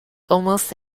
almost